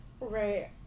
Right